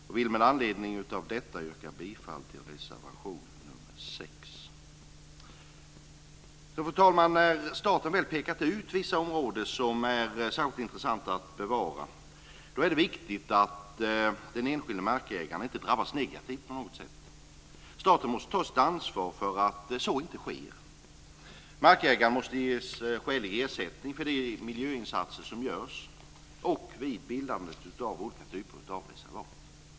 Jag yrkar med anledning av detta bifall till reservation nr 6. Fru talman! När staten väl pekat ut vissa områden som särskilt intressanta att bevara är det viktigt att den enskilde markägaren inte på något sätt drabbas negativt. Staten måste ta sitt ansvar för att så inte sker. Markägaren måste ges skälig ersättning för de miljöinsatser som görs och vid bildandet av olika typer av reservat.